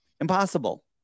Impossible